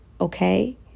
okay